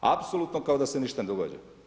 Apsolutno kao da se ništa ne događa.